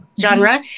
genre